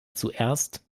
zuerst